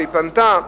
שפנתה,